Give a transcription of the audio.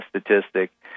statistic